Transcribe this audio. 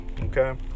okay